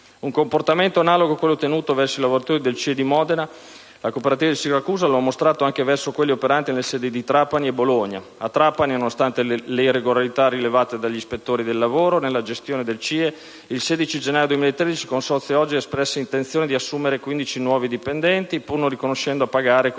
Un comportamento analogo a quello tenuto verso i lavoratori del CIE di Modena la cooperativa di Siracusa lo ha mostrato anche verso quelli operanti nelle sedi di Trapani e Bologna. A Trapani, nonostante le irregolarità rilevate dagli ispettori del lavoro nella gestione del CIE, il 16 gennaio 2013 il consorzio "L'Oasi" espresse l'intenzione di assumere 15 nuovi dipendenti, pur non riuscendo a pagare con